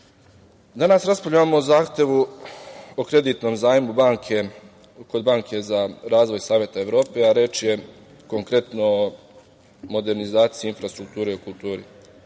raspravljamo o zahtevu o kreditnom zajmu kod banke za razvoj Saveta Evrope, a reč je, konkretno, o modernizaciji infrastrukture u kulturi.